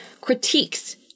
critiques